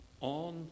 on